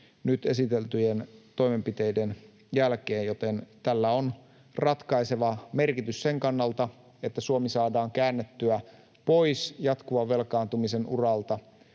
nyt esiteltyjen toimenpiteiden jälkeen, joten tällä on ratkaiseva merkitys sen kannalta, että Suomi saadaan käännettyä pois jatkuvan velkaantumisen uralta